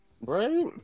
Right